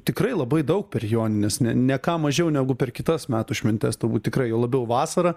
tikrai labai daug per jonines ne ne ką mažiau negu per kitas metų šventes turbūt tikrai juo labiau vasarą